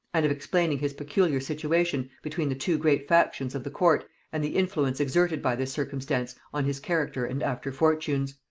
and of explaining his peculiar situation between the two great factions of the court and the influence exerted by this circumstance on his character and after fortunes.